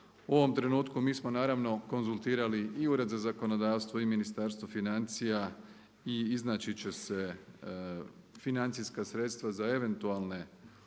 U ovom trenutku mi smo naravno konzultirali i Ured za zakonodavstvo i Ministarstvo financija i iznaći će se financijska sredstva za eventualne